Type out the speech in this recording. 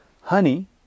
honey